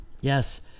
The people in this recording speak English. Yes